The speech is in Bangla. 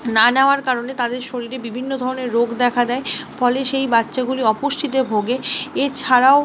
না নেওয়ার কারণে তাদের শরীরে বিভিন্ন ধরণের রোগ দেখা দেয় ফলে সেই বাচ্চাগুলি অপুষ্টিতে ভোগে এছাড়াও